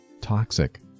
toxic